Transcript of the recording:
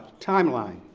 timeline